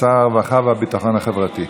שר הרווחה והביטחון החברתי.